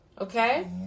Okay